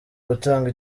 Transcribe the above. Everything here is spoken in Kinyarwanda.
gutanga